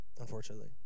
unfortunately